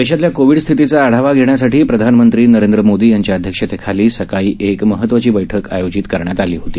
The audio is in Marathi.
देशातल्या कोविड स्थितीचा आढावा घेण्यासाठी प्रधानमंत्री नरेंद्र मोदी यांच्या अध्यक्षतेखाली सकाळी एक महत्त्वाची बैठक आयोजित करण्यात आली होती